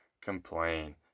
complain